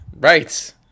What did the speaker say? Right